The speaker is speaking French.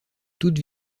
toute